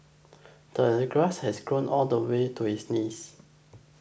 the grass had grown all the way to his knees